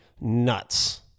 nuts